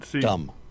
dumb